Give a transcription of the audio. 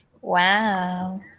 wow